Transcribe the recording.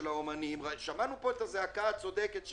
ושמענו פה את הזעקה הצודקת שלהם.